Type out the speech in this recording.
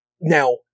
Now